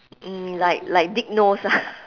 um like like dig nose ah